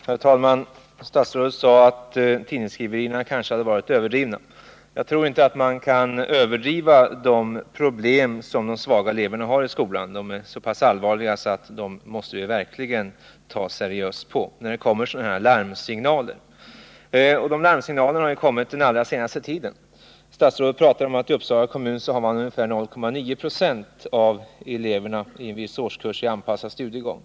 Herr talman! Statsrådet sade att tidningsskriverierna kanske hade varit överdrivna. Jag tror inte att man kan överdriva de problem som de svaga eleverna har i skolan. De är så pass allvarliga att dem måste vi verkligen ta seriöst på, när det kommer larmsignaler, och sådana signaler har ju kommit den allra senaste tiden. : Statsrådet talade om att man i Uppsala kommun har 0,9 96 av eleverna i en viss årskurs i anpassad studiegång.